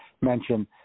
mention